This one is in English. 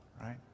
Right